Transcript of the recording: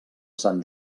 sant